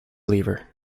lever